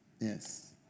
Yes